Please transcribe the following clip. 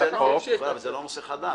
זה לא נושא חדש.